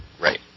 Right